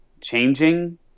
changing